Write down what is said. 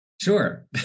sure